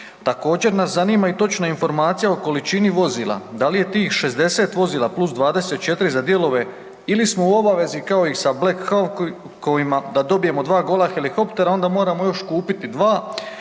Također nas zanima i točna informacija o količini vozila, da li je tih 60 vozila + 24 za dijelove, ili smo u obavezi kao i sa Black Hawkovima da dobijemo 2 gola helihoptera, a onda moramo još kupiti 2